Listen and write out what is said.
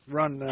run